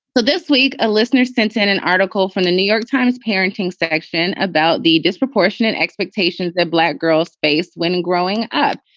this week, a listener sent in an article from the new york times parenting section about the disproportionate expectations that black girls face when and growing up.